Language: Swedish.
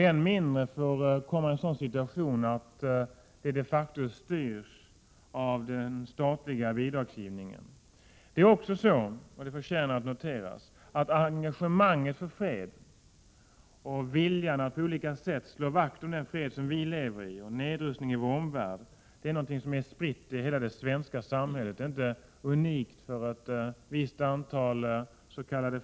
Än mindre får den situationen inträffa att det de facto styrs av den statliga bidragsgivningen. Det förtjänar också att noteras att engagemanget för fred och viljan att på olika sätt slå vakt om den fred som vi lever i och nedrustningen i vår omvärld är något som är spritt i hela det svenska samhället. Det är inte unikt för ett visst antals.k.